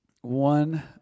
one